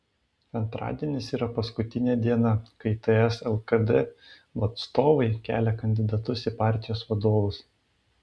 antradienis yra paskutinė diena kai ts lkd atstovai kelia kandidatus į partijos vadovus